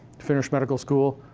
finished medical school,